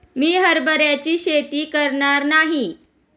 मी हरभऱ्याची शेती करणार नाही